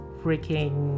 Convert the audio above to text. freaking